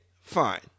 fine